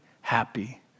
happy